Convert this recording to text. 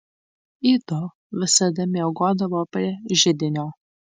ido visada miegodavo prie židinio